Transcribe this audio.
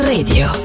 Radio